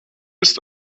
ist